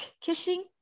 kissing